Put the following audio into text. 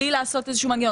מבלי לעשות איזשהו מנגנון.